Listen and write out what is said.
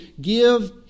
give